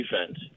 defense